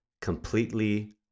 completely